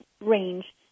range